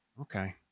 Okay